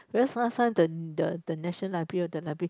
because last time the the the National Library or the library